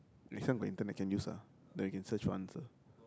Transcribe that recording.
this one got internet can use ah then can search for the answer